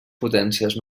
potències